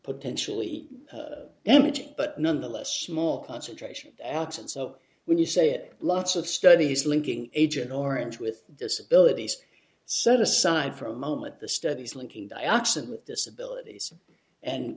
potentially damaging but nonetheless small concentration absence so when you say it lots of studies linking agent orange with disabilities set aside for a moment the studies linking dioxin with disabilities and